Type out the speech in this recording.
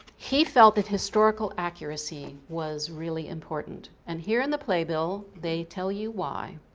he felt that historical accuracy was really important and here in the playbill they tell you why.